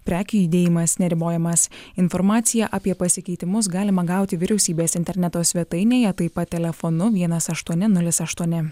prekių judėjimas neribojamas informaciją apie pasikeitimus galima gauti vyriausybės interneto svetainėje taip pat telefonu vienas aštuoni nulis aštuoni